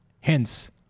Hence